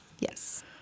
Yes